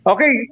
Okay